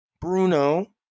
Bruno